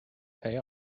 pay